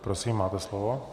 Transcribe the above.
Prosím, máte slovo.